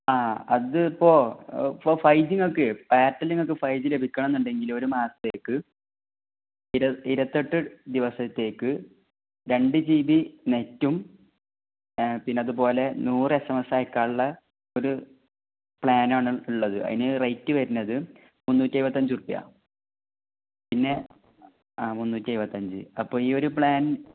ആ അത് ഇപ്പോൾ ഇപ്പോൾ ഫൈവ് ജി നിങ്ങൾക്ക് എയർട്ടൽ നിങ്ങൾക്ക് ഫൈവ് ജി ലഭിക്കണമെന്നുണ്ടെങ്കിൽ ഒരു മാസത്തേക്ക് ഇരുപത്തെട്ട് ദിവസത്തേക്ക് രണ്ട് ജി ബി നെറ്റും പിന്നെയതുപോലെ നൂറ് എസ് എം എസ് ആയക്കാനുള്ള ഒരു പ്ലാനാണ് ഉള്ളത് അതിന് റേറ്റ് വരുന്നത്ത് മുന്നൂറ്റെഴുപത്തഞ്ച് ഉറുപ്യ പിന്നെ ആ മുന്നൂറ്റെഴുപത്തഞ്ച് അപ്പം ഈ ഒരു പ്ലാൻ